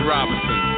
Robinson